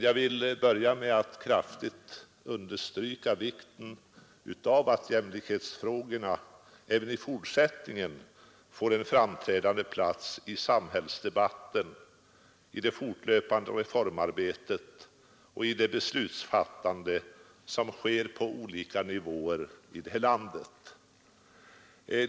Jag vill börja med att kraftigt understryka vikten av att jämlikhetsfrågorna även i fortsättningen får en framträdande plats i samhällsdebatten, i det fortlöpande reformarbetet och i det beslutsfattande som sker på olika nivåer i landet.